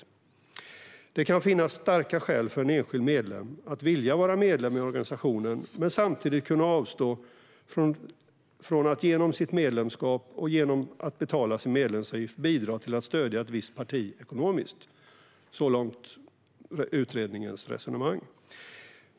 Som framhålls i direktiven kan det finnas skäl för en enskild medlem att vilja vara medlem i organisationen men samtidigt kunna avstå från att genom sitt medlemskap, och genom att betala sin medlemsavgift, bidra till att stödja ett visst parti ekonomiskt."